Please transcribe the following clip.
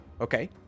Okay